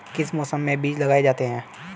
किस मौसम में बीज लगाए जाते हैं?